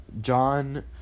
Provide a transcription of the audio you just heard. John